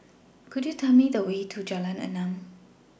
Could YOU Tell Me The Way to Jalan Enam